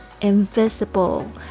invisible